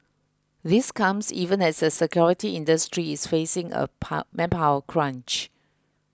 this comes even as the security industry is facing a power manpower crunch